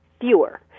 fewer